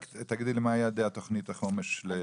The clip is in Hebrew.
רק תגידי לי מה יעדי תוכנית החומש לעתיד.